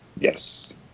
Yes